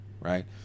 Right